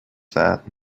that